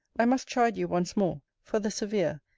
i must chide you once more, for the severe,